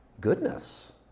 goodness